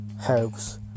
helps